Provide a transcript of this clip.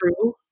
true